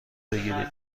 بگیرید